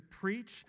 preach